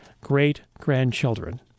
great-grandchildren